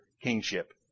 kingship